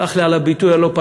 סלח לי על הביטוי הלא-פרלמנטרי,